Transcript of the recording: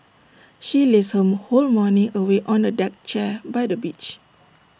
she lazed her whole morning away on A deck chair by the beach